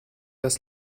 das